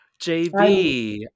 JB